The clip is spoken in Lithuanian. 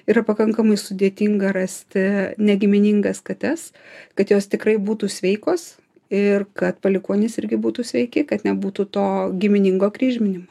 yra pakankamai sudėtinga rasti negiminingas kates kad jos tikrai būtų sveikos ir kad palikuonys irgi būtų sveiki kad nebūtų to giminingo kryžminimo